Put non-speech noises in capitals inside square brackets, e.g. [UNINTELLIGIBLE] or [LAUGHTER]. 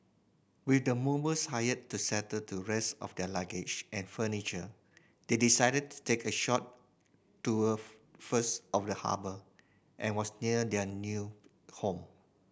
with the movers hired to settle the rest of their luggage and furniture they decided to take a short tour [UNINTELLIGIBLE] first of the harbour and was near their new home